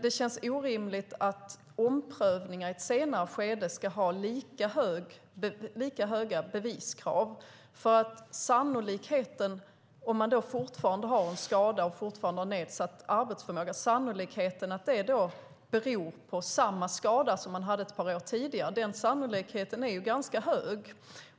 Det känns orimligt att det vid omprövningar i ett senare skede ska vara lika höga beviskrav. Om man fortfarande har en skada och fortfarande har nedsatt arbetsförmåga är sannolikheten att det är samma skada som man hade ett par år tidigare ganska hög.